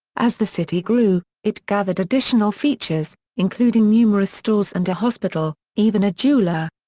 as the city grew, it gathered additional features, including numerous stores and a hospital, even a jeweler.